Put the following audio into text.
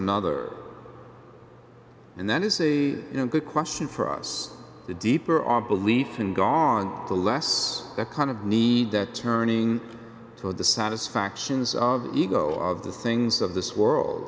another and that is a good question for us the deeper our belief and gone the less the kind of need that turning toward the satisfactions of ego of the things of this world